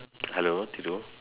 hello Thiru